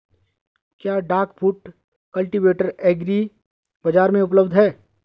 क्या duck foot cultivator agri बाज़ार में उपलब्ध है?